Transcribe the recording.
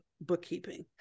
bookkeeping